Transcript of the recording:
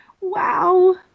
Wow